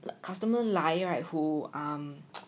the customer 来 right who um